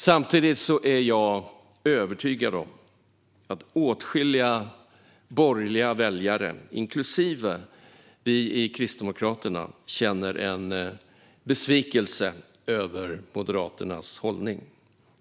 Samtidigt är jag övertygad om att åtskilliga borgerliga väljare, inklusive vi i Kristdemokraterna, känner en besvikelse över Moderaternas hållning.